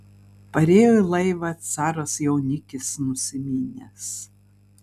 parėjo į laivą caras jaunikis nusiminęs